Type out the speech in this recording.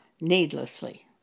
needlessly